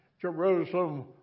Jerusalem